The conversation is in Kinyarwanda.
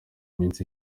minsi